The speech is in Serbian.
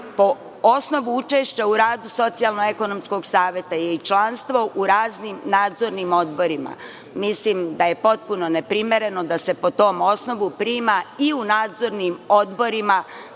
po osnovu učešća u radu Socijalno-ekonomskog saveta ili članstva u raznim nadzornim odborima, mislim da je potpuno neprimereno da se po tom osnovu prima i u nadzornim odborima